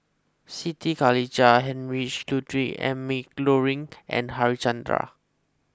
Siti Khalijah Heinrich Ludwig Emil Luering and Harichandra